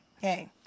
hey